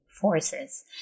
forces